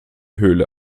höhle